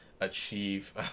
achieve